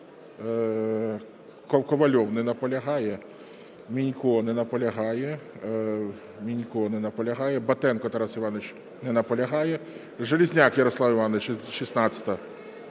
Мінько. Не наполягає. Мінько. Не наполягає. Батенко Тарас Іванович. Не наполягає. Железняк Ярослав Іванович, 16-а.